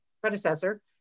predecessor